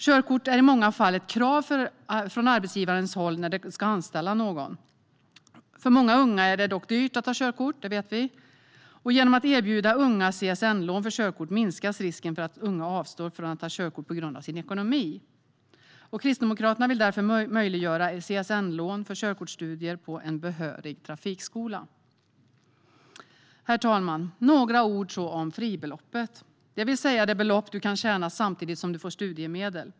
Körkort är i många fall ett krav från arbetsgivaren när denne ska anställa någon. För många unga är det dock dyrt att ta körkort; det vet vi. Genom att erbjuda unga CSN-lån för att ta körkort minskas risken att de avstår från att ta körkort på grund av sin ekonomi. Kristdemokraterna vill därför möjliggöra CSN-lån för körkortsstudier på en behörig trafikskola. Herr talman! Jag vill säga några ord om fribeloppet, det vill säga det belopp man kan tjäna samtidigt som man får studiemedel.